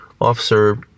Officer